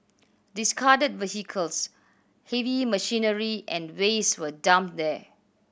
discarded vehicles heavy machinery and waste were dumped there